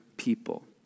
people